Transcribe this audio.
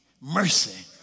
Mercy